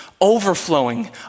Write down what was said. overflowing